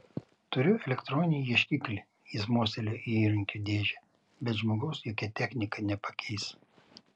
turiu elektroninį ieškiklį jis mostelėjo į įrankių dėžę bet žmogaus jokia technika nepakeis